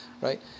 right